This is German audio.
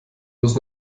muss